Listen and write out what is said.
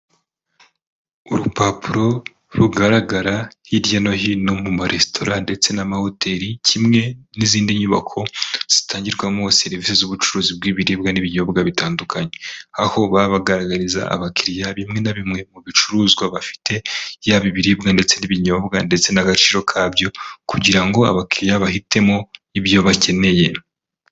Urupapuro rugaragara hirya no hino mu maresitora ndetse n'amahoteli kimwe n'izindi nyubako zitangirwamo serivisi z'ubucuruzi bw'ibiribwa n'ibinyobwa bitandukanye. Aho baba bagaragariza abakiriya bimwe na bimwe mu bicuruzwa bafite ya ibiribwa ndetse n'ibinyobwa ndetse n'agaciro ka byo, kugira ngo abakiriya bahitemo ibyo bakeneye.